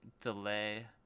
delay